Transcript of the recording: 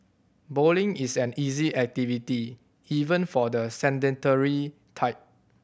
bowling is an easy activity even for the sedentary type